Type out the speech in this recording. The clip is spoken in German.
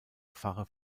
pfarre